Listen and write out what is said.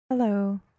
Hello